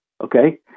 Okay